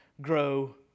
grow